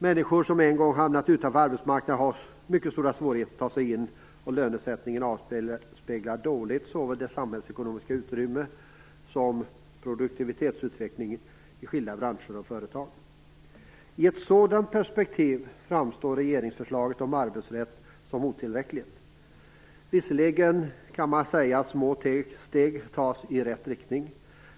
Människor som en gång har hamnat utanför arbetsmarknaden har mycket stora svårigheter att ta sig in på arbetsmarknaden igen. Lönesättningen avspeglar dåligt såväl det samhällsekonomiska utrymmet som produktivitetsutvecklingen i skilda branscher och företag. I ett sådant perspektiv framstår regeringsförslaget om arbetssätt som otillräckligt. Visserligen kan man säga att små steg tas i rätt riktning.